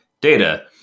data